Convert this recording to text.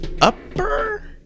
upper